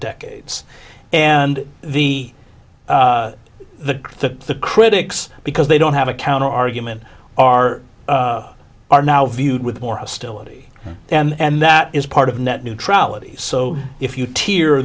decades and the the the the critics because they don't have a counterargument are are now viewed with more hostility and that is part of net neutrality so if you tear